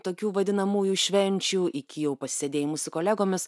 tokių vadinamųjų švenčių iki jau pasisėdėjimų su kolegomis